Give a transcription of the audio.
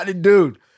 Dude